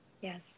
yes